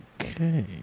Okay